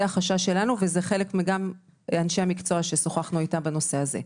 זה החשש שלנו וזה חלק מאנשי המקצוע ששוחחנו איתם בנושא הזה.